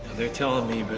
they're telling me. but